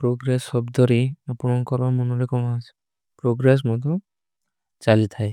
ପ୍ରୋଗ୍ରେଶ ସବଦରୀ ଅପନୋଂ କରଵା ମନୁରେ କମ ଆଜ। ପ୍ରୋଗ୍ରେଶ ମୁଝେ ଚଲୀ ଥାଈ